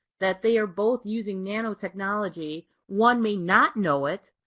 that they are both using nanotechnology. one may not know it,